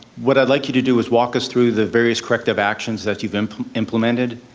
what i'd like you to do is walk us through the various corrective actions that you've and implemented,